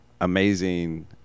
amazing